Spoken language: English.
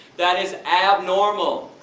that is abnormal.